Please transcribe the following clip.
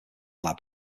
lab